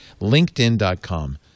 LinkedIn.com